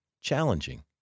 challenging